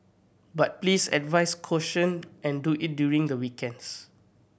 but please advise caution and do it during the weekends